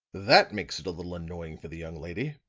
that makes it a little annoying for the young lady.